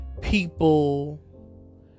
people